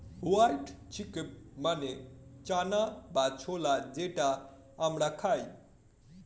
white chickpea মানে চানা বা ছোলা যেটা আমরা খাই